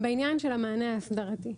בעניין של המענה האסדרתי,